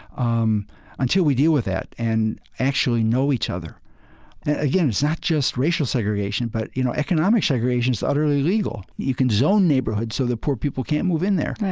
um until we deal with that and actually know each other again, it's not just racial segregation but, you know, economic segregation's utterly legal. you can zone neighborhoods so that poor people can't move in there.